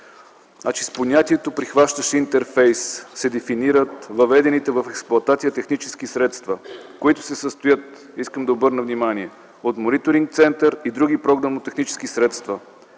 С понятието „прихващащ интерфейс” се дефинират въведените в експлоатация технически средства, които се състоят, искам да обърна внимание, от мониторинг център и други програмно-технически средства,